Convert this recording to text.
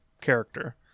character